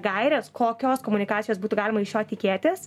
gaires kokios komunikacijos būtų galima iš jo tikėtis